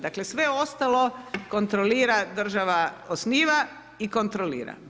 Dakle, sve ostale kontrolira država osniva i kontrolira.